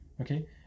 okay